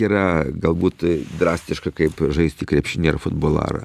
yra galbūt drastiška kaip žaisti krepšinį ar futbolą ar